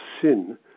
sin